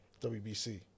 WBC